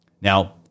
Now